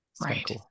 Right